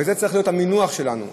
וזה צריך להיות המינוח שלנו,